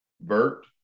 bert